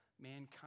mankind